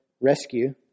rescue